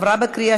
נתקבל.